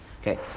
Okay